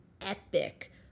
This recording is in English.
epic